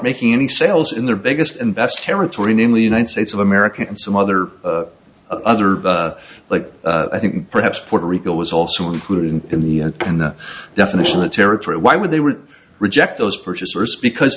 making any sales in their biggest and best territory namely united states of america and some other other like i think perhaps puerto rico was also included in the in the definition of territory why would they would reject those purchasers because